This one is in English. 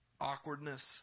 awkwardness